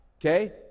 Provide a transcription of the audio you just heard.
Okay